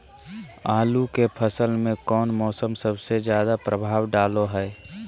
आलू के फसल में कौन मौसम सबसे ज्यादा प्रभाव डालो हय?